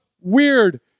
weird